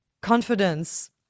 confidence